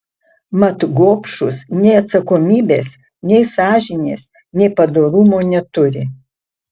mat gobšūs nei atsakomybės nei sąžinės nei padorumo neturi